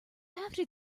after